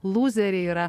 lūzeriai yra